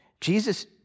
Jesus